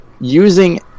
using